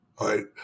right